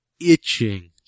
itching